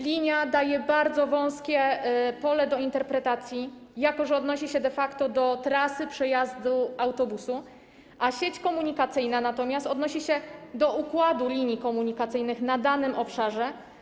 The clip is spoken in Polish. Linia” daje bardzo wąskie pole do interpretacji, jako że odnosi się de facto do trasy przejazdu autobusu, a „sieć komunikacyjna” odnosi się do układu linii komunikacyjnych na danym obszarze.